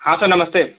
हाँ सर नमस्ते